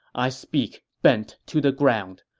i speak bent to the ground.